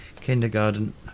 kindergarten